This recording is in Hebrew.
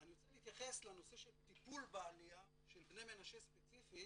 אני רוצה להתייחס לנושא של טיפול בעלייה של בני מנשה ספציפית